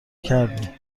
کردی